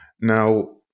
Now